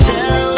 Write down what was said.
Tell